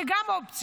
זאת גם אופציה.